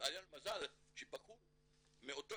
היה מזל שבחור מאותה